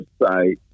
website